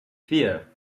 vier